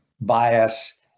bias